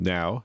Now